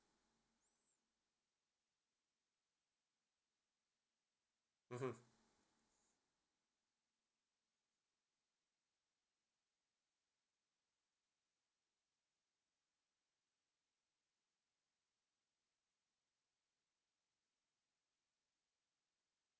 mmhmm